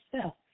self